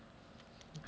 !huh!